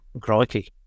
Crikey